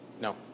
No